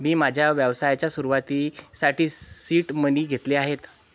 मी माझ्या व्यवसायाच्या सुरुवातीसाठी सीड मनी घेतले आहेत